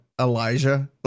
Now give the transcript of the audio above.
Elijah